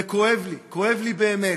וכואב לי, כואב לי באמת,